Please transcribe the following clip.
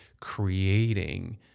creating